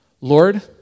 Lord